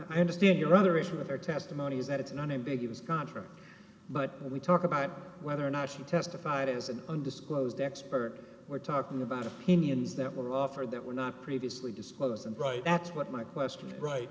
i understand your other issue with her testimony is that it's an unambiguous contract but we talk about whether or not she testified as an undisclosed expert we're talking about opinions that were offered that were not previously disclosed and right that's what my question right